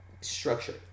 structure